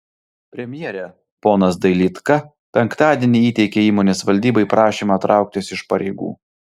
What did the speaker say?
premjere ponas dailydka penktadienį įteikė įmonės valdybai prašymą trauktis iš pareigų